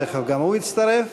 תכף גם הוא יצטרף